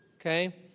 Okay